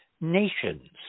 nations